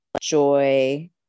joy